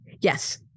Yes